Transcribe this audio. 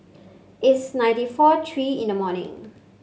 it's ninty four three in the morning